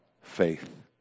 faith